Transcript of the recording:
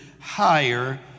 higher